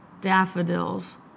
daffodils